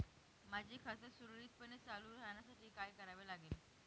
माझे खाते सुरळीतपणे चालू राहण्यासाठी काय करावे लागेल?